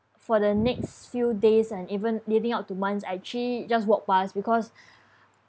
for the next few days and even leading up to months I actually just walk past because